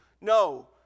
No